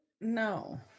No